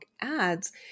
ads